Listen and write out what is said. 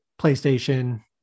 PlayStation